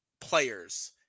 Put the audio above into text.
players